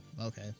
okay